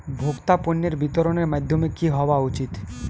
ভোক্তা পণ্যের বিতরণের মাধ্যম কী হওয়া উচিৎ?